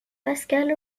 pascal